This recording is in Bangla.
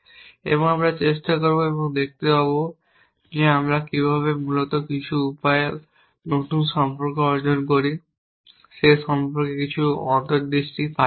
এবং আমরা চেষ্টা করব এবং দেখতে পাব যে আমরা কীভাবে মূলত কিছু উপায়ে নতুন সম্পর্ক অর্জন করি সে সম্পর্কে কিছু অন্তর্দৃষ্টি পাই কিনা